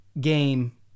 game